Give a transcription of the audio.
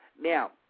Now